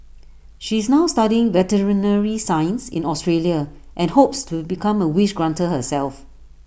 she is now studying veterinary science in Australia and hopes to become A wish granter herself